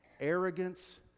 arrogance